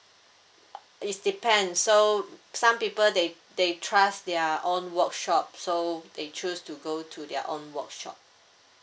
is depend so some people they they trust their own workshop so they choose to go to their own workshop